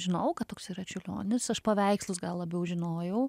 žinojau kad toks yra čiurlionis aš paveikslus gal labiau žinojau